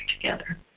together